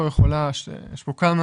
יש פה כמה